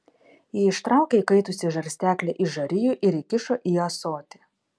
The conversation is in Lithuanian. ji ištraukė įkaitusį žarsteklį iš žarijų ir įkišo į ąsotį